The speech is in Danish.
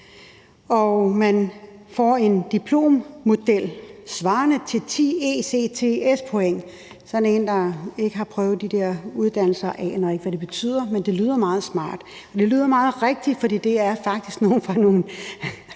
de får en diplommodel svarende til 10 ECTS-point. Sådan en, der ikke har prøvet de der uddannelser, aner ikke, hvad det betyder, men det lyder meget smart – og det lyder meget rigtigt, for det er faktisk nogle fra nogle